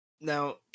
Now